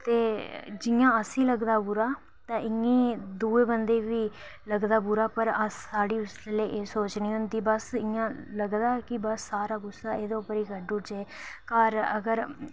ते जियां असेंगी लगदा बुरा ते इयां ही दुए बंदे गी बी लगदा बुरा पर अस्स स्हाड़ी उसलै एह् सोच नी हुंदी बस्स इयां लगदा कि बस्स सारा गुस्सा इंदे उप्पर ही कड्ढी उड़चै घर अगर